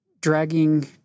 dragging